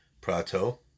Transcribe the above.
Prato